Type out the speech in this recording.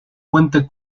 puente